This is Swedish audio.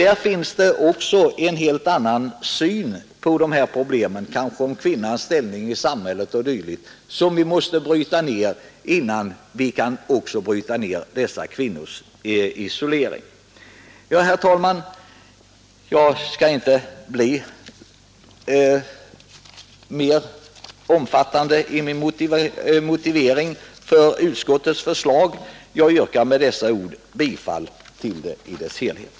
Där kommer också in i bilden den syn på kvinnorna och på kvinnans ställning i samhället som invandrarna ofta har och som vi måste ändra innan vi kan bryta kvinnornas isolering. Herr talman! Jag skall inte göra min motivering för utskottets förslag mera omfattande än så här, utan jag yrkar med det anförda bifall till utskottets hemställan.